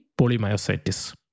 polymyositis